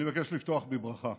אני מבקש לפתוח בברכה: